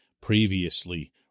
previously